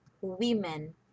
women